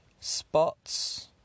spots